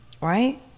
right